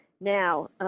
Now